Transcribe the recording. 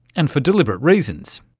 and for deliberate reasons.